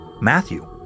Matthew